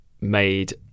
made